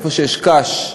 איפה שיש קש,